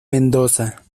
mendoza